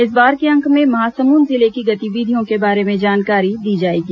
इस बार के अंक में महासमुंद जिले की गतिविधियों के बारे में जानकारी दी जाएगी